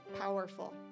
powerful